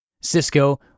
Cisco